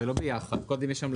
זה לא יהיה ביחד קודם יש המלצות.